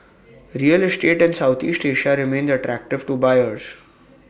real estate in Southeast Asia remains attractive to buyers